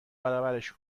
برابرش